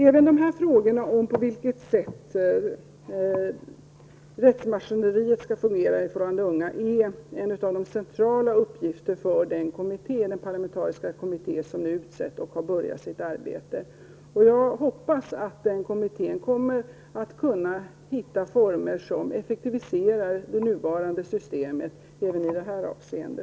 Även dessa frågor om på vilket sätt rättsmaskineriet skall fungera i förhållande till de unga är en central uppgift för den parlamentariska kommitté som nu utsetts och skall börja sitt arbete. Jag hoppas att den kommittén kommer att hitta former som effektiviserar det nuvarande systemet även i detta avseende.